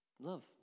Love